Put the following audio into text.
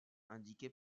indiqué